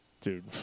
Dude